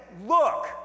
Look